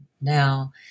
now